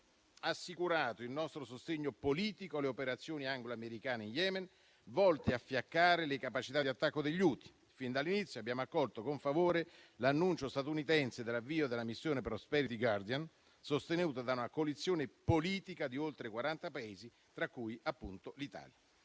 Abbiamo assicurato il nostro sostegno politico alle operazioni angloamericane in Yemen, volte a fiaccare le capacità di attacco degli Houthi. Fin dall'inizio abbiamo accolto con favore l'annuncio statunitense dell'avvio della missione *Prosperity Guardian*, sostenuta da una coalizione politica di oltre quaranta Paesi, tra cui appunto l'Italia.